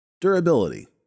Durability